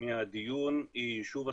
מהדיון היא יישוב הסכסוכים,